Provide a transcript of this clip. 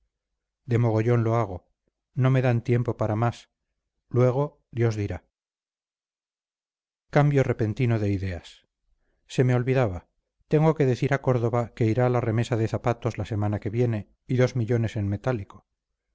de mogollón lo hago no me dan tiempo para más luego dios dirá cambio repentino de ideas se me olvidaba tengo que decir a córdoba que irá la remesa de zapatos la semana que viene y dos millones en metálico